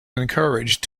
encouraged